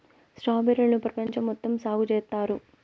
strawberry లను పెపంచం మొత్తం సాగు చేత్తారు